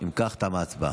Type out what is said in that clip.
אם כך תמה ההצבעה.